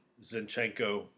Zinchenko